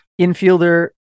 infielder